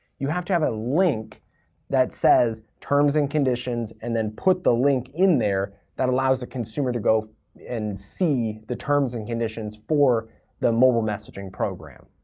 you have to have a link that says, terms and conditions. and then put the link in there that allows the consumer to go and see the terms and conditions for the mobile messaging program.